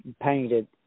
painted